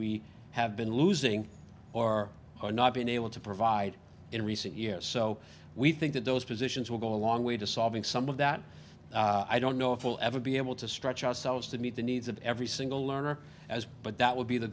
we have been losing or are not being able to provide in recent years so we think that those positions will go a long way to solving some of that i don't know if we'll ever be able to stretch ourselves to meet the needs of every single learner as but that would be the